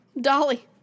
dolly